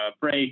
break